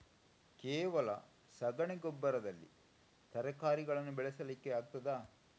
ಕೇವಲ ಸಗಣಿ ಗೊಬ್ಬರದಲ್ಲಿ ತರಕಾರಿಗಳನ್ನು ಬೆಳೆಸಲಿಕ್ಕೆ ಆಗ್ತದಾ?